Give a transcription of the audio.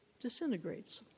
disintegrates